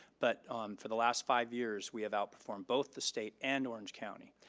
but for the last five years, we have outperformed both the state and orange county,